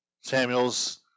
Samuel's